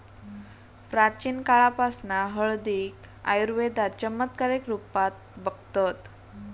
प्राचीन काळापासना हळदीक आयुर्वेदात चमत्कारीक रुपात बघतत